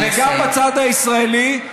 וגם בצד הישראלי.